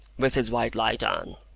with his white light on.